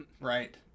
right